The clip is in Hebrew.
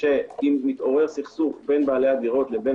שאם יתעורר סכסוך בין בעלי הדירות לבין